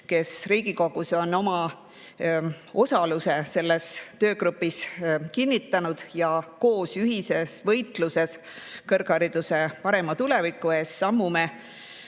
kes Riigikogus on oma osaluse selles töögrupis kinnitanud ja kellega koos me ühises võitluses kõrghariduse parema tuleviku eest sammume.